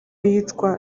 yicwa